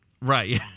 Right